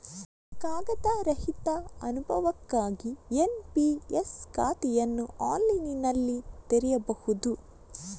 ಕಾಗದ ರಹಿತ ಅನುಭವಕ್ಕಾಗಿ ಎನ್.ಪಿ.ಎಸ್ ಖಾತೆಯನ್ನು ಆನ್ಲೈನಿನಲ್ಲಿ ತೆರೆಯಬಹುದು